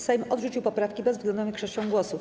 Sejm odrzucił poprawki bezwzględną większością głosów.